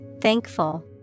thankful